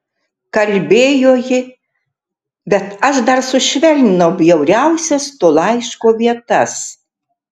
kalbėjo ji bet aš dar sušvelninau bjauriausias to laiško vietas